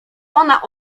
ona